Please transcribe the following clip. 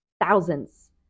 thousands